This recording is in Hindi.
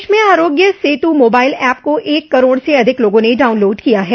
देश में आरोग्य सेतु मोबाइल ऐप को एक करोड़ से अधिक लोगों ने डाउनलोड किया है